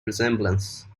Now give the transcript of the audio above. resemblance